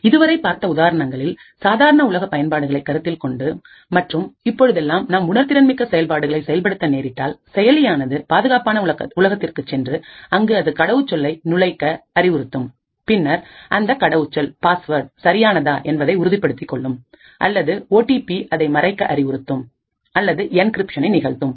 இதுவரை பார்த்த உதாரணங்களில் சாதாரண உலக பயன்பாடுகளை கருத்தில் கொண்டும் மற்றும் இப்பொழுதெல்லாம் நாம் உணர்திறன் மிக்க செயல்பாடுகளை செயல்படுத்த நேரிட்டால் செயலியானது பாதுகாப்பான உலகத்திற்கு சென்று அங்கு அது கடவுச்சொல்லை நுழைக்க அறிவுறுத்தும் பின்னர் அந்த கடவுச்சொல் சரியானதா என்பதை உறுதிப்படுத்திக் கொள்ளும் அல்லது ஓ டி பி அதை மறைக்க அறிவுறுத்தும் அல்லது என்கிரிப்ஷனை நிகழ்த்தும்